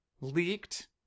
leaked